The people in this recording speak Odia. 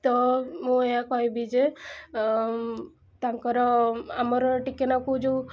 ତ ମୁଁ ଏଇଆ କହିବି ଯେ ତାଙ୍କର ଆମର ଟିକେନାକୁ ଯେଉଁ